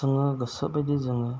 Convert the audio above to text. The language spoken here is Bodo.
जोङो गोसोबायदि जोङो